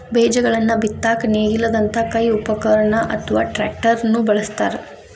ಬೇಜಗಳನ್ನ ಬಿತ್ತಾಕ ನೇಗಿಲದಂತ ಕೈ ಉಪಕರಣ ಅತ್ವಾ ಟ್ರ್ಯಾಕ್ಟರ್ ನು ಬಳಸ್ತಾರ